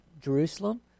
Jerusalem